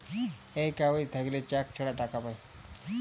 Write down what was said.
এই কাগজ থাকল্যে চেক ছাড়া টাকা পায়